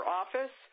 office